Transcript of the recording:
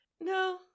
no